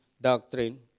doctrine